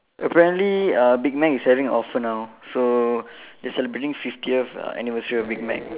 apparently uh Big Mac is having an offer now so they are celebrating fiftieth uh anniversary of Big Mac